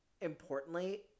importantly